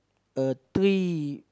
a three